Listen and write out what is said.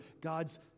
God's